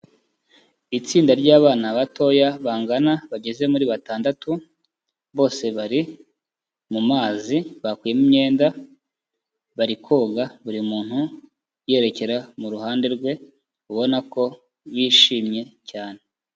Itsinda ry'abana batoya bangana bageze muri batandatu, bose bari mu mazi bakuyemo imyenda, bari koga, buri muntu yerekera mu ruhande rwe, ubona ko bishimye cyane.